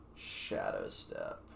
Shadowstep